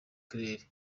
claire